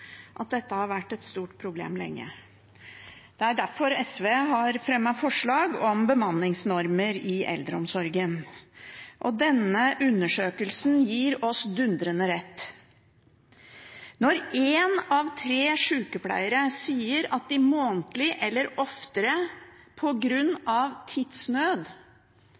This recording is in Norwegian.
at dette har vært et stort problem lenge. Det er derfor SV har fremmet forslag om bemanningsnormer i eldreomsorgen. Denne undersøkelsen gir oss dundrende rett. Når én av tre sykepleiere sier at de månedlig eller oftere på grunn av tidsnød